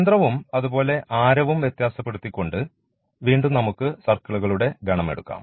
കേന്ദ്രവും അതുപോലെ ആരവും വ്യത്യാസപ്പെടുത്തി കൊണ്ട് വീണ്ടും നമുക്ക് സർക്കിളുകളുടെ ഗണം എടുക്കാം